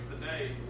today